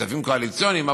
כספים קואליציוניים,